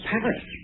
Paris